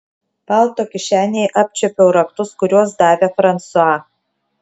palto kišenėje apčiuopiau raktus kuriuos davė fransua